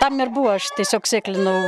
tam ir buvo aš tiesiog sėklinau